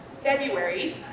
February